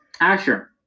Asher